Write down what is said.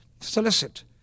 solicit